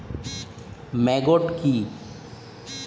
Maggot কি?